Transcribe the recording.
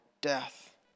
death